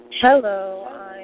Hello